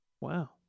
wow